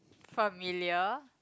familiar